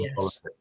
yes